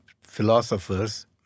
philosophers